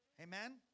Amen